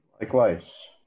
Likewise